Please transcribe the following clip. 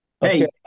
Hey